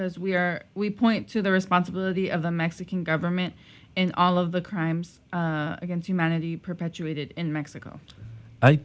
has we are we point to the responsibility of the mexican government in all of the crimes against humanity perpetuated in mexico